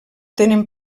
tenen